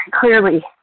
clearly